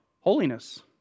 holiness